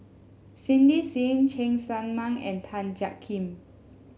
Cindy Sim Cheng Tsang Man and Tan Jiak Kim